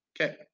okay